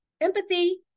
empathy